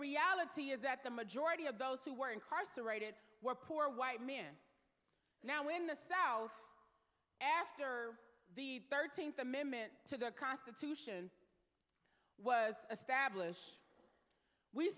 reality is that the majority of those who were incarcerated were poor white men now when the south after the thirteenth amendment to the constitution was established we